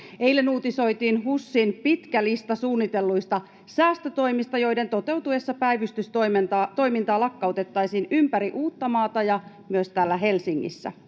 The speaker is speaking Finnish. Eilen uutisoitiin HUSin pitkä lista suunnitelluista säästötoimista, joiden toteutuessa päivystystoimintaa lakkautettaisiin ympäri Uuttamaata ja myös täällä Helsingissä.